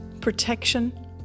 protection